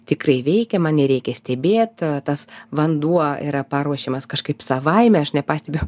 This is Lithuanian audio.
tikrai įveikiama nereikia stebėt tas vanduo yra paruošiamas kažkaip savaime aš nepastebiu